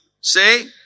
say